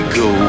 go